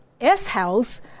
S-House